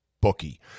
bookie